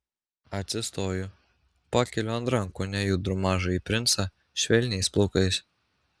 atsistoju pakeliu ant rankų nejudrų mažąjį princą švelniais plaukais